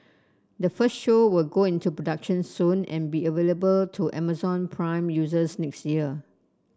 the first show will go into production soon and be available to Amazon Prime users next year